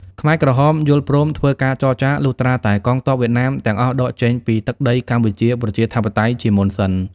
ខ្មែរក្រហមយល់ព្រមធ្វើការចរចា លុះត្រាតែកងទ័ពវៀតណាមទាំងអស់ដកចេញពីទឹកដីកម្ពុជាប្រជាធិបតេយ្យជាមុនសិន។